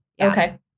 Okay